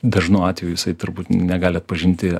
dažnu atveju jisai turbūt negali atpažinti